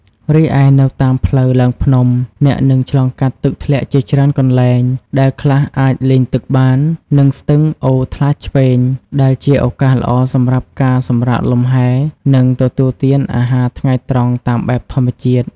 រីឯនៅតាមផ្លូវឡើងភ្នំ អ្នកនឹងឆ្លងកាត់ទឹកធ្លាក់ជាច្រើនកន្លែង ដែលខ្លះអាចលេងទឹកបាន និងស្ទឹងអូរថ្លាឈ្វេង ដែលជាឱកាសល្អសម្រាប់ការសម្រាកលំហែ និងទទួលទានអាហារថ្ងៃត្រង់តាមបែបធម្មជាតិ។